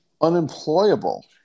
unemployable